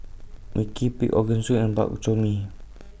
Mui Kee Pig'S Organ Soup and Bak Chor Mee